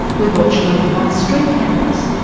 we're watched over by street cameras,